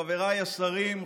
חבריי השרים,